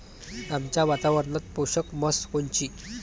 आमच्या वातावरनात पोषक म्हस कोनची?